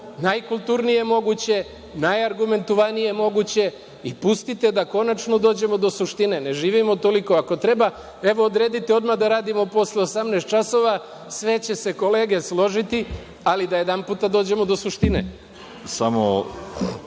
najkulturnije moguće, najargumentovanije moguće i pustite da konačno dođemo do suštine. Ne živimo toliko. Ako treba, evo, odredite odmah da radimo posle 18 časova, sve će se kolege složiti, ali da jedanputa dođemo do suštine.